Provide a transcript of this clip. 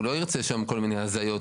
הוא לא ירצה שם כל מיני הזיות.